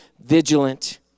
vigilant